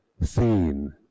seen